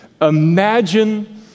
Imagine